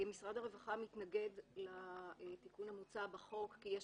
משרד כהרווחה מתנגד לתיקון המוצע בחוק כי יש